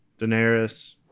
daenerys